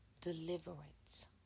deliverance